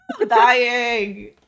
Dying